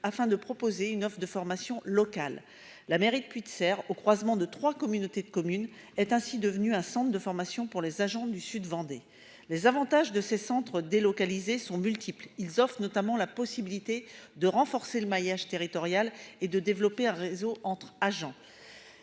afin de proposer une offre de formation locale la mairie de plus de serre au croisement de 3 communautés de communes est ainsi devenue un centre de formation pour les agents du sud Vendée les avantages de ces centres délocalisés sont multiples, ils offrent notamment la possibilité de renforcer le maillage territorial et de développer un réseau entre agent.